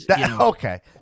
okay